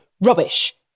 rubbish